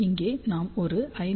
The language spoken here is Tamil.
இங்கே நாம் ஒரு 5